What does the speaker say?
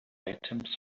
items